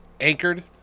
anchored